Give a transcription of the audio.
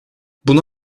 buna